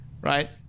right